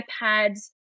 iPads